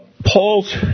Paul's